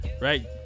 Right